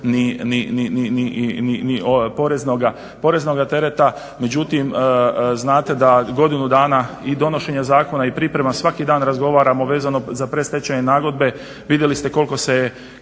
ni poreznoga tereta, međutim znate da i godinu dana i donošenja zakona i priprema, svaki dan razgovaramo vezano za predstojeće nagodbe. Vidjeli ste koliko se